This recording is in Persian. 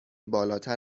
بالاتر